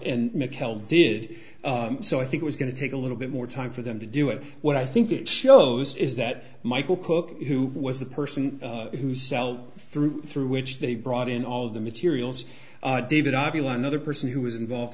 hell did so i think it was going to take a little bit more time for them to do it what i think it shows is that michael cook who was the person who sell through through which they brought in all of the materials david ovalle another person who was involved